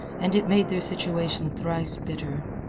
and it made their situation thrice bitter.